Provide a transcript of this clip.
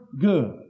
good